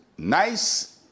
nice